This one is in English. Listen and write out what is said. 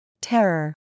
Terror